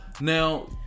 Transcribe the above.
now